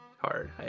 hard